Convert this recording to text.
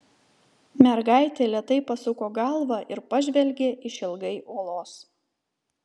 mergaitė lėtai pasuko galvą ir pažvelgė išilgai uolos